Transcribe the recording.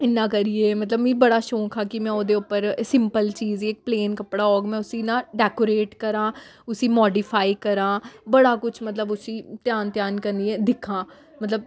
इ'यां करियै मतलब मिगी बड़ा शौंक हा कि में ओह्दे उप्पर सिंपल चीज़ इक प्लेन कपड़ा होग में उसी इ'यां डैकोरेट करां उसी माडीफाई करां बड़ा कुछ मतलब उसी ध्यान ध्यान करियै दिक्खां मतलब